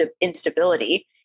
instability